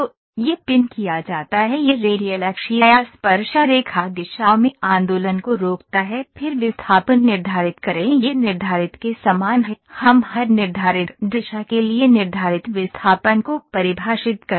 तो यह पिन किया जाता है यह रेडियल अक्षीय या स्पर्शरेखा दिशाओं में आंदोलन को रोकता है फिर विस्थापन निर्धारित करें यह निर्धारित के समान है हम हर निर्धारित दिशा के लिए निर्धारित विस्थापन को परिभाषित करते हैं